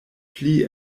pli